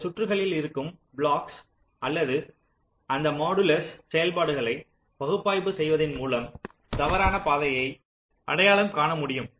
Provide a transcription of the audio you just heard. இந்த சுற்றுகளில் இருக்கும் பிளாக்ஸ் அல்லது அந்த தொகுதிகள் செயல்பாடுகளை பகுப்பாய்வு செய்வதன் மூலம் தவறான பாதையை அடையாளம் காண முடியும்